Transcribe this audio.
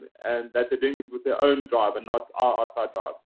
and that they're doing with with their own drive and not our outside drive?